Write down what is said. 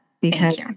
because-